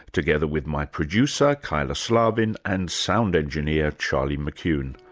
together with my producer, kyla slaven and sound engineer, charlie mckune.